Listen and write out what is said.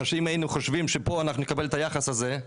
אם היינו חושבים שפה אנחנו נקבל את היחס הזה,